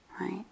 right